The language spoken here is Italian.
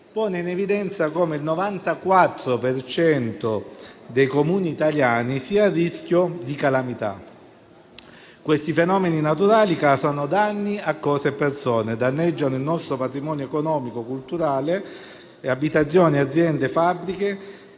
pone in evidenza come il 94 per cento dei Comuni italiani sia a rischio di calamità. Questi fenomeni naturali causano danni a cose e persone, danneggiano il nostro patrimonio economico e culturale (abitazioni, aziende e fabbriche)